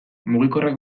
mugikorrak